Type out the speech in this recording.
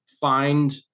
find